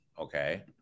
Okay